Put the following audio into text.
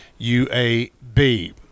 UAB